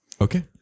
Okay